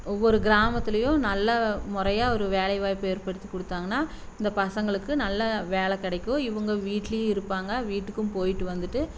ஒவ்வொரு கிராமத்துலேயும் நல்லா முறையா ஒரு வேலை வாய்ப்பு ஏற்படுத்தி கொடுத்தாங்கன்னா இந்த பசங்களுக்கு நல்ல வேலை கிடைக்கும் இவங்க வீட்லேயும் இருப்பாங்க வீட்டுக்கும் போய்ட்டு வந்துட்டு